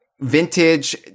vintage